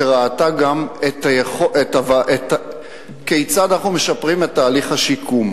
וראתה גם כיצד אנחנו משפרים את תהליך השיקום.